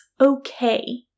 okay